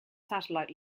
satellite